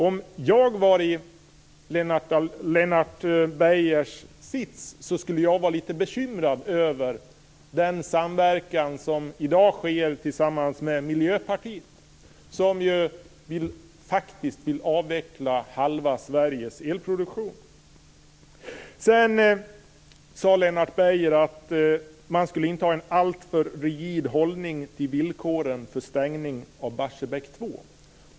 Om jag var i Lennart Beijers sits skulle jag vara lite bekymrad över den samverkan som i dag sker med Miljöpartiet. De vill ju faktiskt avveckla halva Sveriges elproduktion. Sedan sade Lennart Beijer att man inte skulle ha en alltför rigid hållning när det gäller villkoren för stängning av Barsebäck 2.